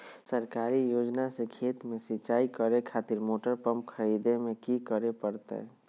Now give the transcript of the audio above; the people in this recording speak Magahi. सरकारी योजना से खेत में सिंचाई करे खातिर मोटर पंप खरीदे में की करे परतय?